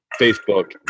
Facebook